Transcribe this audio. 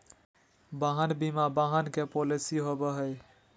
वाहन बीमा वाहन के पॉलिसी हो बैय हइ